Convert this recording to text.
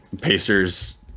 Pacers –